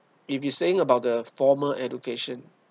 if you saying about the formal education